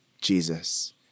Jesus